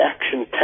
action